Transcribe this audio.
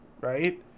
right